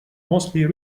mostly